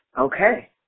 Okay